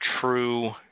true